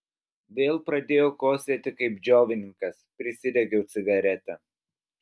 vėl pradėjau kosėti kaip džiovininkas prisidegiau cigaretę